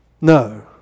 No